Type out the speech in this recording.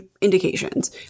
indications